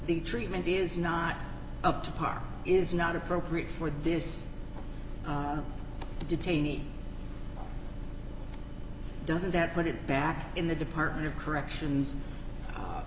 the treatment is not up to par is not appropriate for this detaining doesn't that put it back in the department of corrections